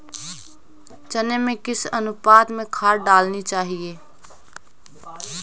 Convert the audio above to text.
चने में किस अनुपात में खाद डालनी चाहिए?